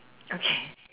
okay